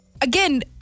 again